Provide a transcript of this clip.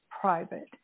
private